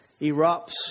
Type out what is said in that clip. erupts